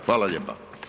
Hvala lijepa.